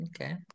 Okay